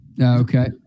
okay